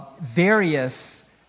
Various